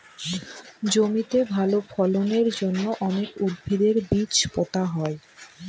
জমিতে ভালো ফলনের জন্য অনেক উদ্ভিদের বীজ পোতা হয়